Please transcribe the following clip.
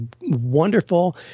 wonderful